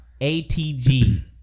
ATG